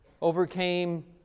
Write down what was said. overcame